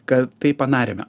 kad tai padarėme